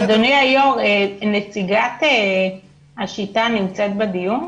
אדוני היושב ראש, נציגת 'שיטה' נמצאת בדיון?